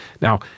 Now